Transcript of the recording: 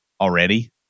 already